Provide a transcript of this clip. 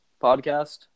podcast